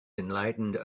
enlightened